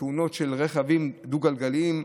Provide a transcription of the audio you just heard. תאונות של רכבים דו-גלגליים,